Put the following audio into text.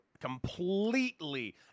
completely